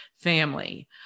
family